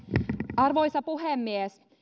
arvoisa puhemies